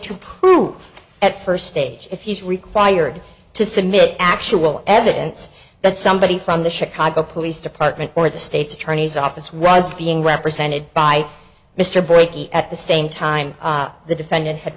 to prove at first stage if he's required to submit actual evidence that somebody from the chicago police department or the state's attorney's office was being represented by mr breaky at the same time the defendant had